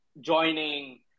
joining